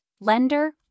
lender